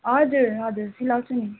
हजुर हजुर सिलाउँछु नि